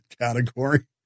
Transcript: category